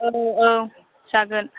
औ औ जागोन